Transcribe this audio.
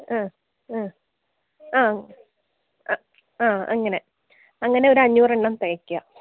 ആ ആ ആ ആ അങ്ങനെ അങ്ങനെ ഒരഞ്ഞൂറെണ്ണം തികയ്ക്കുക